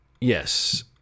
Yes